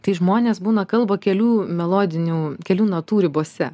tai žmonės būna kalba kelių melodinių kelių natų ribose